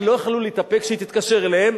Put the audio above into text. אבל לא יכלו להתאפק, שהיא תתקשר אליהם.